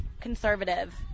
conservative